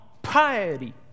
piety